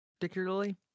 particularly